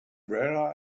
where